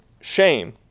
shame